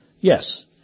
Yes